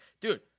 dude